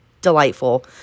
delightful